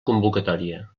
convocatòria